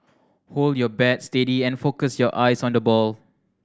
hold your bat steady and focus your eyes on the ball